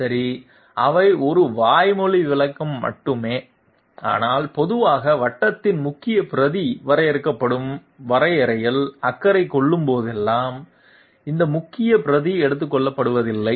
சரி அவை ஒரு வாய்மொழி விளக்கம் மட்டுமே ஆனால் பொதுவாக வட்டத்தின் முக்கிய பரிதி வரையறுக்கப்படும் வரையறையில் அக்கறை கொள்ளும்போதெல்லாம் அந்த முக்கிய பரிதி ஏற்றுக்கொள்ளப்படுவதில்லை